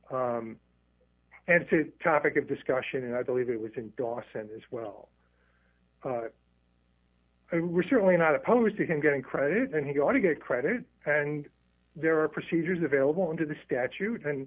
said topic of discussion and i believe it was in dawson as well and we're certainly not opposed to him getting credit and he ought to get credit and there are procedures available under the statute and